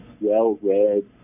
well-read